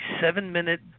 seven-minute